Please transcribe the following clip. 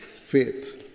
faith